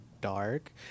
dark